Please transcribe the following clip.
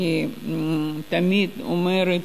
אני תמיד אומרת,